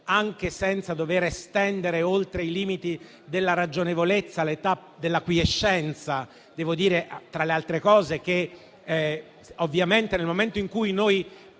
anche senza dover estendere oltre i limiti della ragionevolezza l'età della quiescenza. Tra le altre cose, ovviamente, nel momento in cui